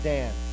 Dan